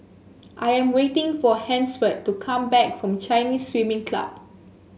I am waiting for Hansford to come back from Chinese Swimming Club